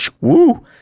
woo